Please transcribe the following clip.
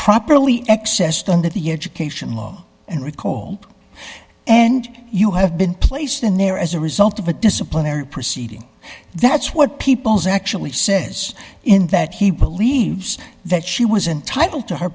properly accessed under the education law and recall and you have been placed in there as a result of a disciplinary proceeding that's what people's actually says in that he believes that she was entitled to her